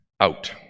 out